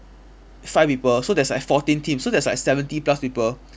five people so there's like fourteen teams so there's like seventy plus people